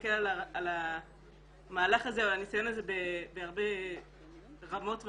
להסתכל על המהלך הזה או הניסיון הזה בהרבה רמות ואופנים,